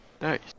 Nice